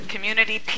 community